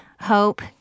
hope